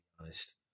honest